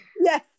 Yes